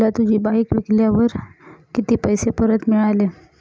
तुला तुझी बाईक विकल्यावर किती पैसे परत मिळाले?